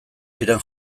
ziren